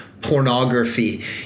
pornography